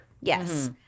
Yes